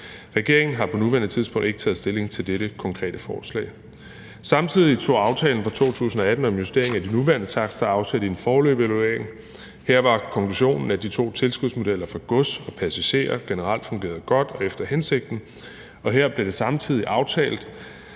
Regeringen har på nuværende tidspunkt ikke taget stilling til dette konkrete forslag. Samtidig tog aftalen fra 2018 om justering af de nuværende takster afsæt i en foreløbig evaluering. Her var konklusionen, at de to tilskudsmodeller for gods og passagerer generelt fungerede godt og efter hensigten. Her blev det samtidig aftalt,